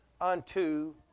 unto